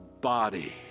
body